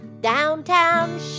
Downtown